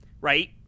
Right